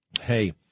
Hey